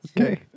Okay